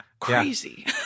crazy